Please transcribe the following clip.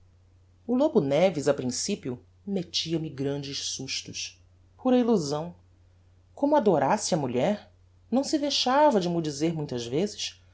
o lobo neves a principio mettia me grandes sustos pura illusão como adorasse a mulher não se vexava de m'o dizer muitas vezes